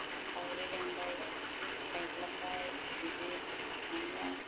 सावरि लिंबाय गायग्लाब्बाय बिदि दानिया